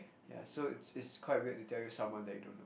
ya so is quite weird to tell you someone that you don't